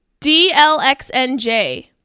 DLXNJ